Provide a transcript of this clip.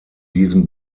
diesem